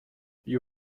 you